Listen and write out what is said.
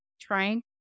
trying